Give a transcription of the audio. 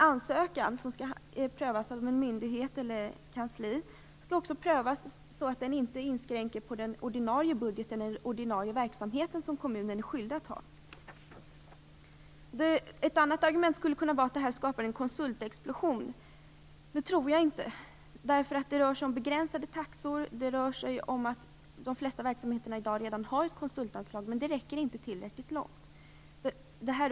Ansökningar skall prövas av en myndighet eller av ett kansli på ett sådant sätt att den ordinarie verksamhet som kommunen är skyldig att ha inte inskränks. Ett annat argument skulle kunna vara ett den här modellen skapar en konsultexplosion. Jag tror inte det, eftersom det rör sig om begränsade taxor. De flesta verksamheter har redan i dag ett konsultanslag, men det förslår inte tillräckligt långt.